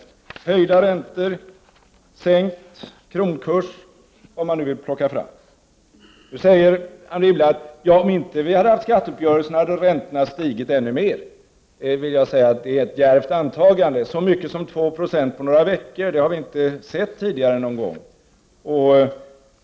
Jag tänker då på höjda räntor, sänkt kronkurs osv. Nu säger Anne Wibble: Om vi inte hade träffat den här skatteuppgörelsen, skulle räntorna ha stigit ännu mera. Men det tycker jag är ett djärvt antagande. En höjning med så mycket som 2 96 på ett par veckor har vi inte tidigare upplevt.